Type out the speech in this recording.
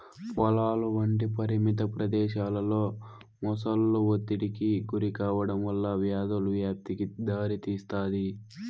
పొలాలు వంటి పరిమిత ప్రదేశాలలో మొసళ్ళు ఒత్తిడికి గురికావడం వల్ల వ్యాధుల వ్యాప్తికి దారితీస్తాది